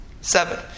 Seven